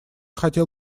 хотел